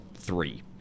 three